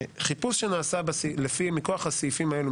שחיפוש שנעשה מכוח הסעיפים האלו,